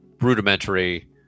rudimentary